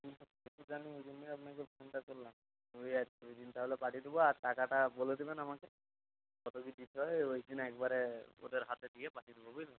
সেটা তো জানি ওই জন্যই আপনাকে ফোনটা করলাম ওই আর ওই দিন তাহলে পাঠিয়ে দেব আর টাকাটা বলে দেবেন আমাকে কত কী দিতে হবে ওই দিন একবারে ওদের হাতে দিয়ে পাঠিয়ে দেব বুঝলেন